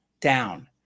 down